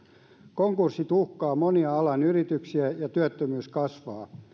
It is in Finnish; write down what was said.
konkurssit uhkaavat monia alan yrityksiä ja työttömyys kasvaa